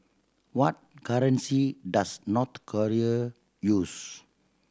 what currency does North Korea use